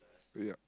yup